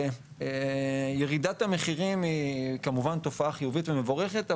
וירידת המחירים היא כמובן תופעה חיובית ומבורכת,